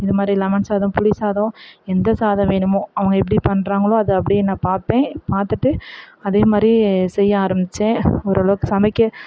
இது மாதிரி லெமன் சாதம் புளி சாதம் எந்த சாதம் வேணுமோ அவங்க எப்படி பண்ணுறாங்களோ அது அப்படியே நான் பார்ப்பேன் பார்த்துட்டு அதே மாதிரி செய்ய ஆரம்பித்தேன் ஒரு அளவுக்கு சமைக்க